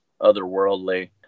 otherworldly